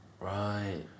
Right